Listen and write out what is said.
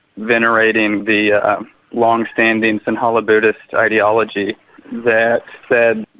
venerating the long-standing sinhala buddhist ideology that said,